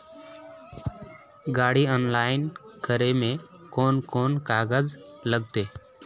गाड़ी ऑनलाइन करे में कौन कौन कागज लगते?